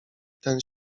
ten